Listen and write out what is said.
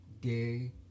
gay